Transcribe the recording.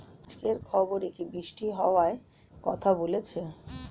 আজকের খবরে কি বৃষ্টি হওয়ায় কথা বলেছে?